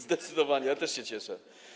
Zdecydowanie, ja też się cieszę.